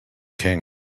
king